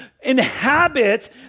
inhabit